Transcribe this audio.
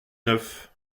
neuf